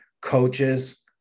Coaches